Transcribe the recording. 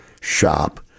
shop